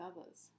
others